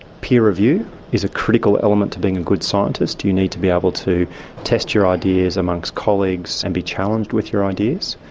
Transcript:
peer review is a critical element to being a good scientist, you need to be able to test your ideas amongst colleagues and be challenged with your ideas,